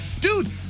Dude